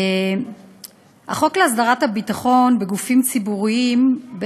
החוק להסדרת הביטחון בגופים ציבוריים (תיקון